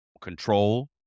control